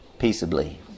peaceably